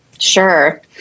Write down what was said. Sure